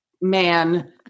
man